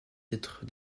d’être